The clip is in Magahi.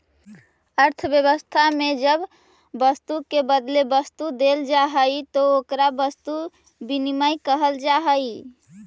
अर्थव्यवस्था में जब वस्तु के बदले वस्तु देल जाऽ हई तो एकरा वस्तु विनिमय कहल जा हई